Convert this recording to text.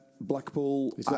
Blackpool